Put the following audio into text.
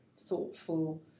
thoughtful